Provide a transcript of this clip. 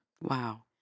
Wow